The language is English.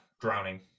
drowning